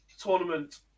Tournament